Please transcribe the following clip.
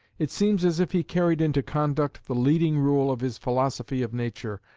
it seems as if he carried into conduct the leading rule of his philosophy of nature,